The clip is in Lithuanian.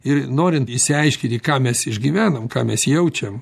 ir norint išsiaiškinti ką mes išgyvenam ką mes jaučiam